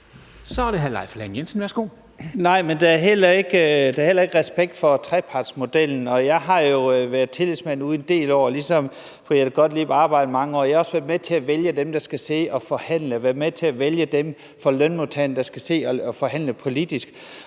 Kl. 10:33 Leif Lahn Jensen (S): Nej, men der er heller ikke respekt for trepartsmodellen. Og jeg har jo været tillidsmand derude i en del år ligesom fru Jette Gottlieb og arbejdet med det i mange år. Jeg har også været med til at vælge dem, der skal sidde og forhandle, været med til at vælge dem, der skal sidde og forhandle politisk